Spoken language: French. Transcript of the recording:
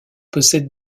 possède